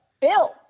Bill